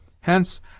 Hence